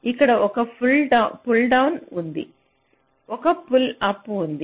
అక్కడ ఒక pull down ఉంది ఒక పుల్ అప్ ఉంది